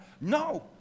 No